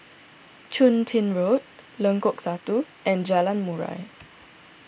Chun Tin Road Lengkok Satu and Jalan Murai